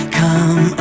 come